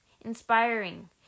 inspiring